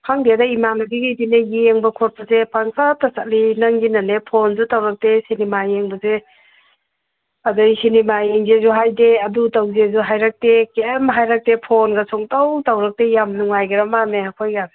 ꯈꯪꯗꯦꯗ ꯏꯃꯥꯟꯅꯕꯤꯉꯩꯗꯤꯅꯦ ꯌꯦꯡꯕ ꯈꯣꯠꯄꯁꯦ ꯄꯪꯆꯠꯇ ꯆꯠꯂꯤ ꯅꯪꯒꯤꯅꯅꯦ ꯐꯣꯟꯁꯨ ꯇꯧꯔꯛꯇꯦ ꯁꯤꯅꯤꯃꯥ ꯌꯦꯡꯕꯁꯦ ꯑꯗꯒꯤ ꯁꯤꯅꯤꯃꯥ ꯌꯦꯡꯁꯦꯁꯨ ꯍꯥꯏꯗꯦ ꯑꯗꯨ ꯇꯧꯁꯦꯁꯨ ꯍꯥꯏꯔꯛꯇꯦ ꯀꯔꯤꯝ ꯍꯥꯏꯔꯛꯇꯦ ꯐꯣꯟꯒ ꯁꯨꯡꯇꯧ ꯇꯧꯔꯛꯇꯦ ꯌꯥꯝ ꯅꯨꯡꯉꯥꯏꯈ꯭ꯔ ꯃꯥꯜꯂꯦ ꯑꯩꯈꯣꯏꯒꯥꯁꯦ